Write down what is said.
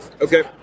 Okay